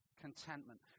Contentment